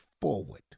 forward